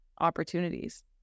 opportunities